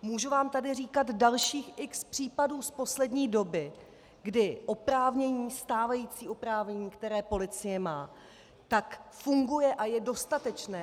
Můžu vám tady říkat dalších x případů z poslední doby, kdy oprávnění, stávající oprávnění, které policie má, funguje a je dostatečné.